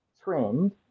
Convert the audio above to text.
trend